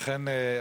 אכן,